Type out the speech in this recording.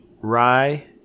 rye